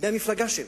במפלגה שלי,